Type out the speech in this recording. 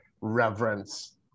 reverence